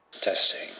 Testing